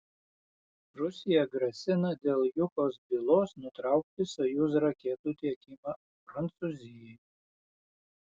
rusija grasina dėl jukos bylos nutraukti sojuz raketų tiekimą prancūzijai